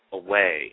away